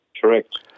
Correct